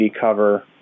cover